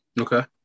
Okay